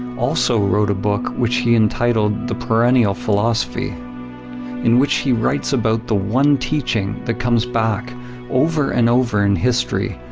also wrote a book which he entitled the perennial philosophy in which he writes about the one teaching that comes back over and over in history,